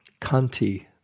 Kanti